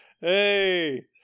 Hey